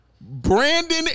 Brandon